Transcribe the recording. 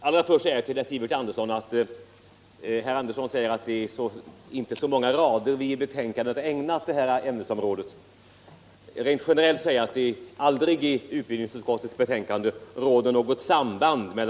Herr talman! Herr Sivert Andersson i Stockholm påpekade att det inte var så många rader som i betänkandet hade ägnats det arbetsvetenskapliga området. Låt mig först rent generellt säga att det aldrig i utbildningsutskottets betänkanden råder något samband me!